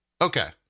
Okay